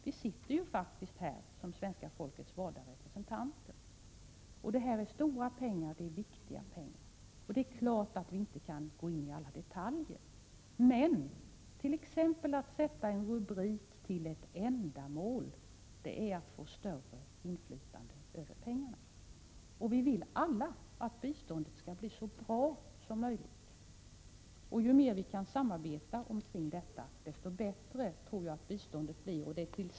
Vi sitter ju faktiskt här som svenska folkets valda representanter. Det gäller stora och viktiga pengar. Det är klart att vi inte kan gå in i alla detaljer. Men att t.ex. sätta en rubrik till ett ändamål, det innebär att få större inflytande över pengarna. Och vi vill alla att biståndet skall bli så bra som möjligt. Ju mer vi kan samarbeta om detta, desto bättre tror jag att biståndet blir.